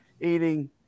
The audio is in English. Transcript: eating